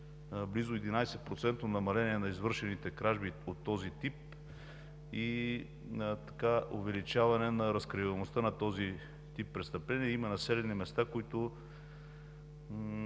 близо 11% намаление на извършените кражби от този тип и увеличаване на разкриваемостта на тези престъпления. Има населени места, в които